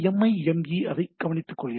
இந்த எம்ஐஎம்ஈ அதை கவனித்துக்கொள்கிறது